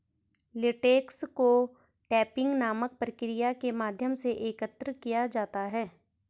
latex को tapping नामक प्रक्रिया के माध्यम से एकत्र किया जाता है